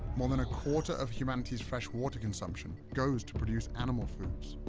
more than a quarter of humanity's fresh water consumption goes to produce animal foods.